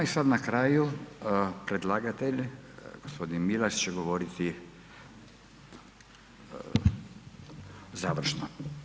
I sad na kraju predlagatelj, gospodin Milas će govoriti završno.